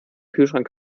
kühlschrank